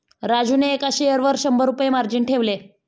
राजूने एका शेअरवर शंभर रुपये मार्जिन ठेवले